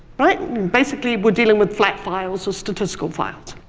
but basically, we're dealing with flat files, or statistical files.